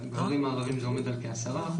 בכפרים הערביים זה עומד על כ-10%,